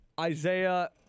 Isaiah